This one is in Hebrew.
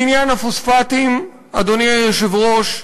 בעניין הפוספטים, אדוני היושב-ראש,